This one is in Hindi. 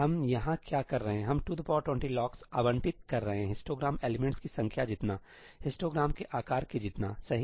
हम यहां क्या कर रहे हैं हम 220 लॉक्स आवंटित कर रहे हैंहिस्टोग्राम एलिमेंट्स की संख्या जितना हिस्टोग्राम के आकार के जितना सही